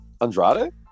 Andrade